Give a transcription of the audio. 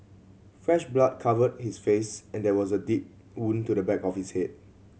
fresh blood covered his face and there was a deep wound to the back of his head